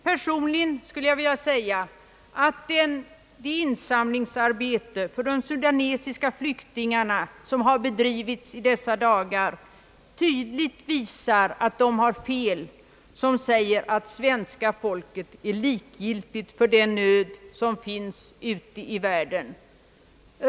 Personligen skulle jag vilja säga att det insamlingsarbete för de sudanesiska flyktingarna som har bedrivits i dessa dagar tydligt visar att de har fel, som säger att svenska folket är likgiltigt för den nöd som finns ute i världen.